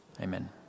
Amen